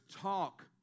talk